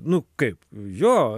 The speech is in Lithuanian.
nu kaip jo